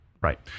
Right